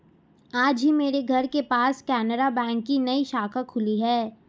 आज ही मेरे घर के पास केनरा बैंक की नई शाखा खुली है